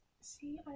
See